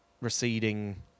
receding